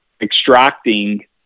extracting